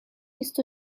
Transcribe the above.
بیست